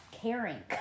caring